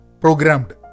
programmed